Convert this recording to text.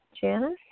Janice